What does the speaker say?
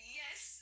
yes